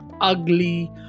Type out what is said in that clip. ugly